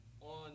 on